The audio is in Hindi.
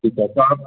ठीक है तो आप